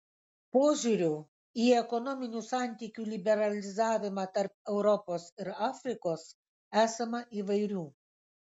požiūrių į ekonominių santykių liberalizavimą tarp europos ir afrikos esama įvairių